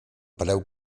preu